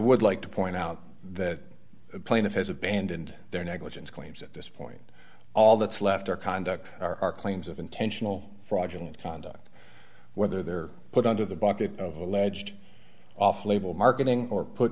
would like to point out that the plaintiff has abandoned their negligence claims at this point all that's left are conduct are claims of intentional fraudulent conduct whether they're put under the bucket of alleged off label marketing or put